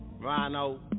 Rhino